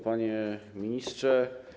Panie Ministrze!